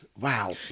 Wow